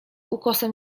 ukosem